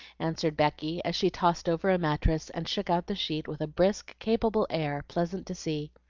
answered becky, as she tossed over a mattress and shook out the sheet with a brisk, capable air pleasant to see.